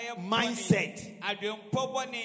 mindset